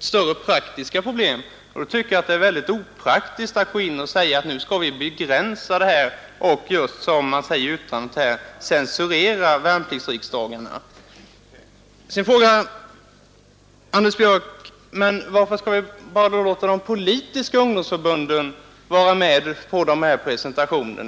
större praktiska problem. Då tycker jag att det är väldigt opraktiskt att gå in och säga att nu skall vi begränsa debatten och som man just uttalar i yttrandet här censurera värnpliktsriksdagarna. Vidare frågar Anders Björck: Varför skall vi då bara låta de politiska ungdomsförbunden vara med på dessa presentationer?